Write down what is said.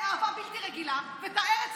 אהבה בלתי רגילה ואת הארץ הזאת אהבה בלתי רגילה.